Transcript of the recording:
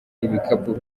ibikapu